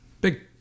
big